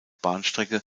bahnstrecke